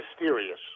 mysterious